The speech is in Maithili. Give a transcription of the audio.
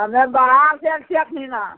हमे बाहरसे आएल छिए एहिठिना